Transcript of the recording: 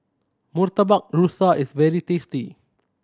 Murtabak Rusa is very tasty